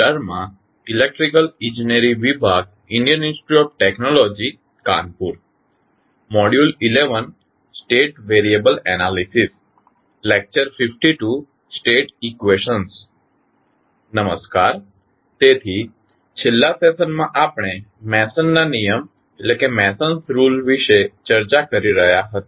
નમસ્કાર તેથી છેલ્લા સેશન માં આપણે મેસનના નિયમ Mason's rule વિશે ચર્ચા કરી રહ્યા હતા